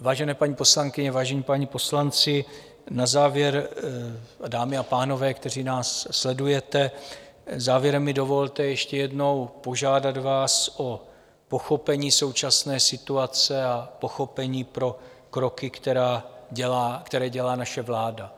Vážení paní poslankyně, vážení páni poslanci, dámy a pánové, kteří nás sledujete, závěrem mi dovolte ještě jednou požádat vás o pochopení současné situace a pochopení pro kroky, které dělá naše vláda.